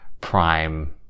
prime